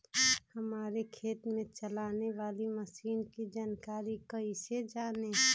हमारे खेत में चलाने वाली मशीन की जानकारी कैसे जाने?